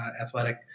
athletic